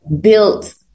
built